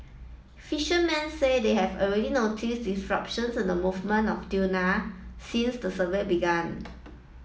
fishermen say they have already noticed disruptions in the movement of tuna since the survey began